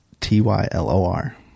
t-y-l-o-r